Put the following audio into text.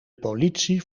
politie